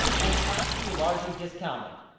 and it has to be largely discounted.